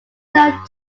known